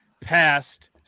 passed